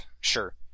sure